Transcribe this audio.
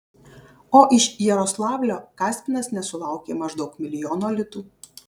o iš jaroslavlio kaspinas nesulaukė maždaug milijono litų